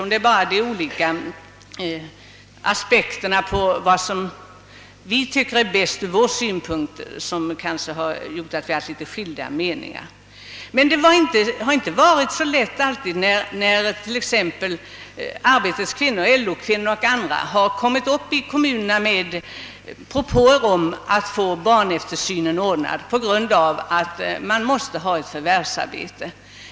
Vi har bara haft litet skilda meningar om vad vi personligen ansett vara bäst ur olika synpunkter. Det har emellertid inte alltid varit så lätt, när t.ex. arbetande kvinnor, LO kvinnor och andra, i kommunerna gjort propåer om att få barneftersynen ordnad i fall där mödrarna varit tvungna att ha förvärvsarbete.